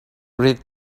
read